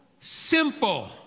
simple